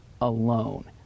alone